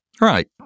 Right